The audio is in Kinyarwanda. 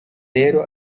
rero